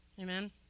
Amen